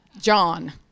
John